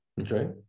Okay